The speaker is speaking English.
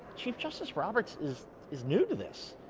chief justice roberts is is new to this.